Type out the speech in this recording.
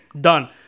done